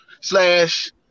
slash